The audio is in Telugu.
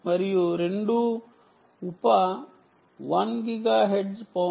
మరియు రెండూ ఉప 1 గిగాహెర్ట్జ్ పౌన